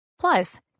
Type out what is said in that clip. Plus